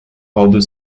other